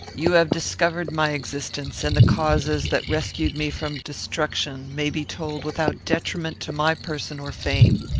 you have discovered my existence, and the causes that rescued me from destruction may be told without detriment to my person or fame.